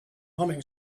humming